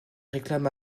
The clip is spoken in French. réclame